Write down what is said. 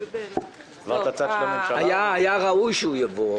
היה ראוי שהוא יבוא.